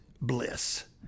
bliss